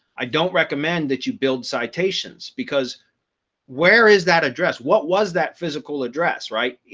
i don't recommend that you build citations, because where is that address? what was that physical address, right?